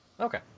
Okay